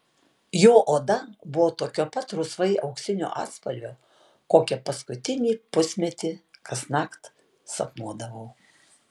jo oda buvo tokio pat rusvai auksinio atspalvio kokią paskutinį pusmetį kasnakt sapnuodavau